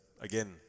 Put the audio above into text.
again